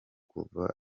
kuva